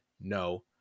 no